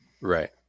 right